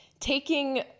taking